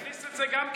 תכניס את זה גם כן.